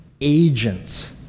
agents